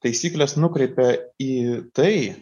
taisyklės nukreipia į tai